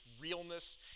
realness